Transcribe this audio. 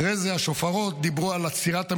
אחרי זה השופרות דיברו על עצירת המלחמה.